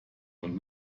und